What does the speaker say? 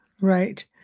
right